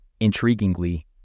Intriguingly